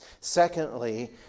Secondly